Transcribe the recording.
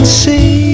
see